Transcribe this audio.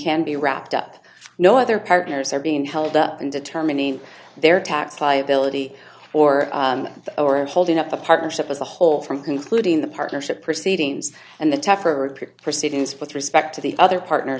can be wrapped up no other partners are being held up in determining their tax liability or holding up the partnership as a whole from concluding the partnership proceedings and the tougher proceedings with respect to the other partner